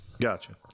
Gotcha